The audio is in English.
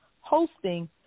hosting